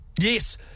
Yes